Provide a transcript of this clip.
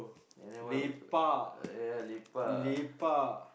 and then why we go ya ya lepak